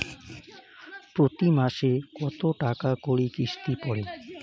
প্রতি মাসে কতো টাকা করি কিস্তি পরে?